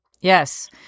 Yes